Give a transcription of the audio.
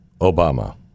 Obama